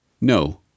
No